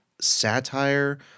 satire